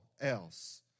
else